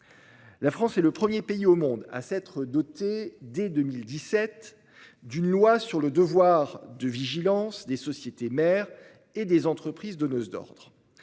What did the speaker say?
est en effet le premier au monde à s'être doté, dès 2017, d'une loi sur le devoir de vigilance des sociétés mères et des entreprises donneuses d'ordre.